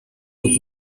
took